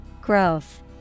Growth